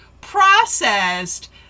processed